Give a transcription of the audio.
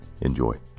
Enjoy